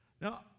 Now